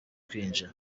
kwinjira